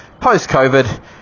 post-COVID